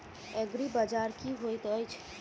एग्रीबाजार की होइत अछि?